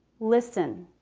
listen,